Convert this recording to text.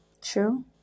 True